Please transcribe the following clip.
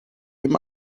him